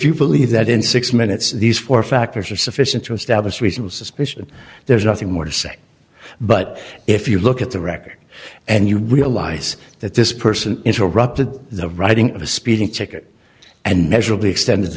you believe that in six minutes these four factors are sufficient to establish reasonable suspicion there's nothing more to say but if you look at the record and you realize that this person interrupted the writing of a speeding ticket and measurably extended